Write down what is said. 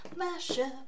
mashup